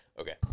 Okay